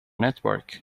network